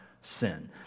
sin